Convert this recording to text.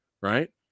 Right